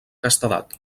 castedat